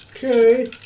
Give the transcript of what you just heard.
Okay